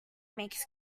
makes